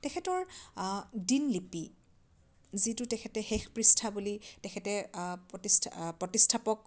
তেখেতৰ আ দিনলিপি যিটো তেখেতে শেষ পৃষ্ঠা বুলি তেখেতে আ প্ৰতিষ্ঠা প্ৰতিষ্ঠাপক